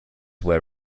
were